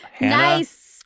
Nice